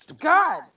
God